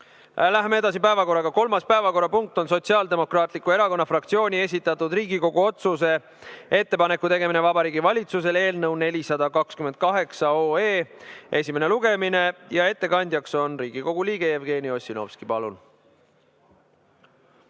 Läheme päevakorraga edasi. Kolmas päevakorrapunkt on Sotsiaaldemokraatliku Erakonna fraktsiooni esitatud Riigikogu otsuse "Ettepaneku tegemine Vabariigi Valitsusele" eelnõu 428 esimene lugemine. Ettekandjaks on Riigikogu liige Jevgeni Ossinovski. Palun!